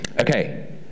Okay